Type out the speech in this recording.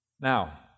Now